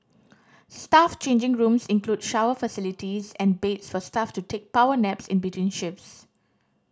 staff changing rooms include shower facilities and beds for staff to take power naps in between shifts